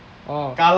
oh